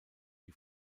die